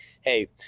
Hey